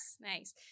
nice